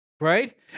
right